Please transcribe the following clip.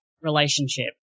relationship